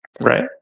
right